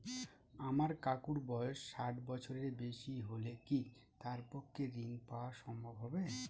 আমার কাকুর বয়স ষাট বছরের বেশি হলে কি তার পক্ষে ঋণ পাওয়া সম্ভব হবে?